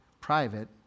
private